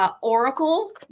Oracle